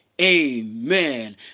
Amen